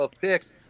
picks